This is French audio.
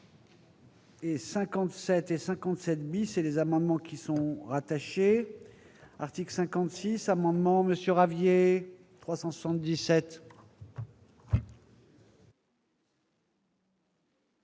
Et 57 et 57 bis et les amendements qui sont rattachés, article 56 amendements Monsieur Ravier 377.